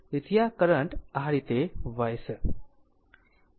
તેથી આ કરંટ આ રીતે વહેશે